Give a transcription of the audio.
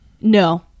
No